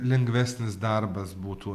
lengvesnis darbas būtų